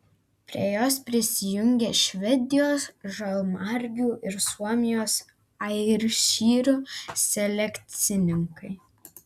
prie jos prisijungė švedijos žalmargių ir suomijos airšyrų selekcininkai